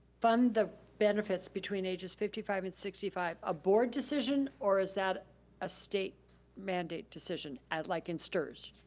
fund the benefits between ages fifty five and sixty five a board decision, or is that a state mandate decision, and like in strs.